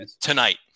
tonight